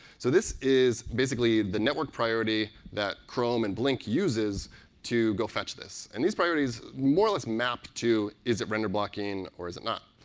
so this is basically the network priority that chrome and blink uses to go fetch this. and these priorities, more or less map to is it render blocking or is it not.